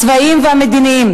הצבאיים והמדיניים,